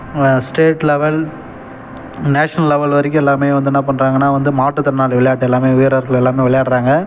state level national level வரைக்கும் எல்லோருமே வந்து என்ன பண்ணுறாங்கன்னா வந்து மாற்றுத்திறனாளி விளையாட்டு எல்லாமே வீரர்கள் எல்லோருமே விளையாட்றாங்க